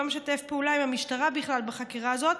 לא משתפים פעולה עם המשטרה בכלל בחקירה הזאת,